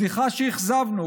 סליחה שאכזבנו,